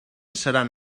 seran